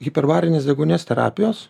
hiperbarinės deguonies terapijos